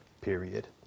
period